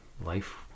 life